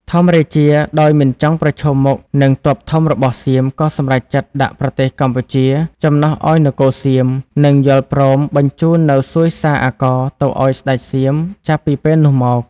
ធម្មរាជាដោយមិនចង់ប្រឈមមុខនិងទ័ពធំរបស់សៀម ក៏សម្រេចចិត្តដាក់ប្រទេសកម្ពុជាចំណុះឱ្យនគរសៀម និងយល់ព្រមបញ្ចូននូវសួយសារអាករទៅឱ្យស្ដេចសៀមចាប់ពីពេលនោះមក ។